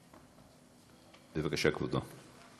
בבקשה, כבודו.